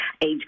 age